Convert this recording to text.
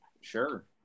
Sure